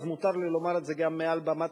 אז מותר לי לומר את זה גם מעל במת